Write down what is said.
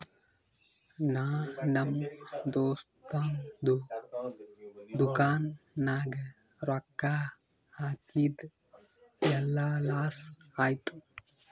ನಾ ನಮ್ ದೋಸ್ತದು ದುಕಾನ್ ನಾಗ್ ರೊಕ್ಕಾ ಹಾಕಿದ್ ಎಲ್ಲಾ ಲಾಸ್ ಆಯ್ತು